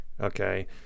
okay